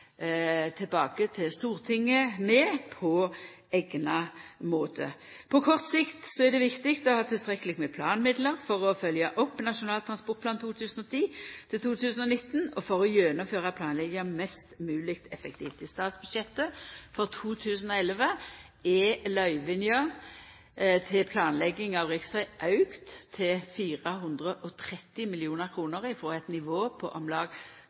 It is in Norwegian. tilbake til Stortinget med på eigna måte. På kort sikt er det viktig å ha tilstrekkeleg med planmidlar for å følgja opp Nasjonal transportplan 2010–2019 og for å gjennomføra planlegginga mest mogleg effektivt. I statsbudsjettet for 2011 er løyvinga til planlegging av riksveg auka til 430 mill. kr frå eit nivå på